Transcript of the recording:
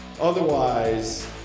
Otherwise